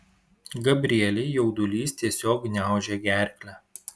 gabrielei jaudulys tiesiog gniaužė gerklę